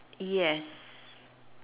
yes